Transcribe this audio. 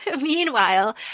meanwhile